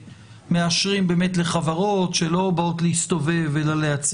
מאשרים באמת לחברות שלא באות להסתובב אלא ---,